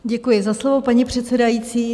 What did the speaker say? Děkuji za slovo, paní předsedající.